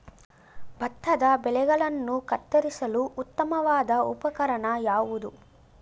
ಭತ್ತದ ಬೆಳೆಗಳನ್ನು ಕತ್ತರಿಸಲು ಉತ್ತಮವಾದ ಉಪಕರಣ ಯಾವುದು?